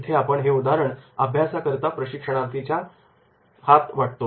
इथे आपण हे उदाहरण अभ्यासाकरिता प्रशिक्षणार्थींच्या हात वाटतो